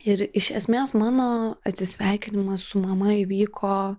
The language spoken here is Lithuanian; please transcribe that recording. ir iš esmės mano atsisveikinimas su mama įvyko